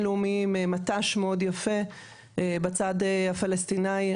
לאומיים מט"ש מאוד יפה בצד הפלסטינאי,